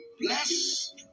Bless